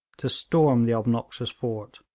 to storm the obnoxious fort.